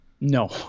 No